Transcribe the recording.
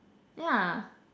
yeah